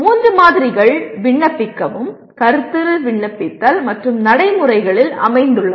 மூன்று மாதிரிகள் விண்ணப்பிக்கவும் கருத்துரு விண்ணப்பித்தல் மற்றும் நடைமுறைகளில் அமைந்துள்ளன